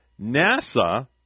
NASA